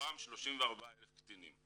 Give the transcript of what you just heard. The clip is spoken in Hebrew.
מתוכם 34,000 קטינים.